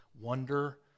wonder